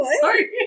Sorry